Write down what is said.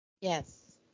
Yes